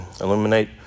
illuminate